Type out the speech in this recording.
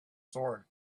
sword